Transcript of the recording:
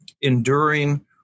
enduring